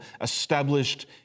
established